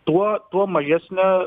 tuo tuo mažesnę